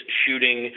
shooting